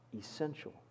essential